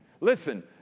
Listen